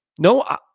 no